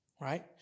Right